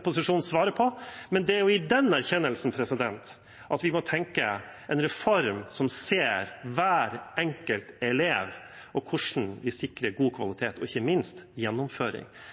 opposisjonen svare på – i den erkjennelsen må vi tenke en reform som ser hver enkelt elev, og hvordan vi sikrer god